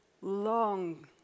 long